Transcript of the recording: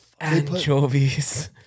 anchovies